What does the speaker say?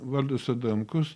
valdas adamkus